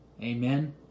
Amen